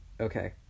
Okay